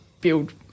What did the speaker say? build